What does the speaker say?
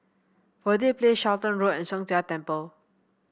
Verde Place Charlton Road and Sheng Jia Temple